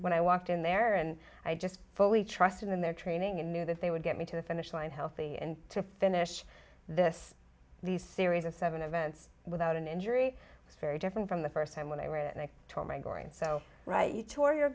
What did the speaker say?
when i walked in there and i just fully trust in their training and knew that they would get me to the finish line healthy and to finish this the series of seven events without an injury was very different from the first time when i read it and i tore my gorean so right you